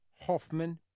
Hoffman